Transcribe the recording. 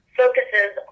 focuses